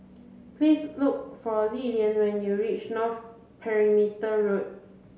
please look for Lilian when you reach North Perimeter Road